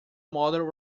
mother